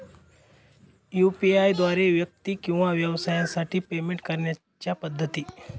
UPI द्वारे व्यक्ती किंवा व्यवसायांसाठी पेमेंट करण्याच्या पद्धती